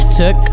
took